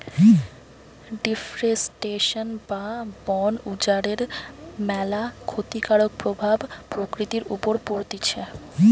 deforestation বা বন উজাড়ের ম্যালা ক্ষতিকারক প্রভাব প্রকৃতির উপর পড়তিছে